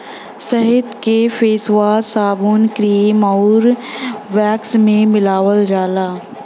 शहद के फेसवाश, साबुन, क्रीम आउर वैक्स में मिलावल जाला